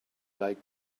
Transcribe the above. like